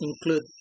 include